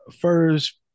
first